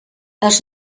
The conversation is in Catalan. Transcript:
els